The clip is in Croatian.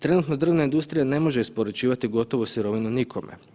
Trenutno drvna industrija ne može isporučivati gotovu sirovinu nikome.